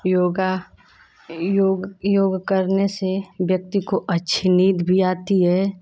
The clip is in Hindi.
योग योग योग करने से व्यक्ति को अच्छी नींद भी आती है